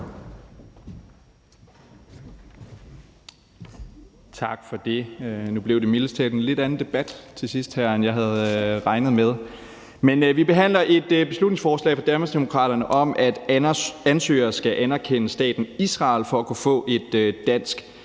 Tak for det. Nu blev det mildest talt en lidt anden debat, end jeg havde regnet med, til sidst her. Men vi behandler et beslutningsforslag fra Danmarksdemokraterne om, at ansøgere skal anerkende staten Israel for at kunne få et dansk